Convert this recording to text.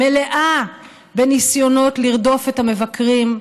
מלאה בניסיונות לרדוף את המבקרים,